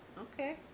Okay